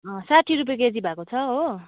साठी रुपियाँ केजी भएको छ हो